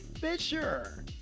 Fisher